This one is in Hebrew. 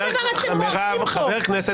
כל דבר אתם הורסים כאן.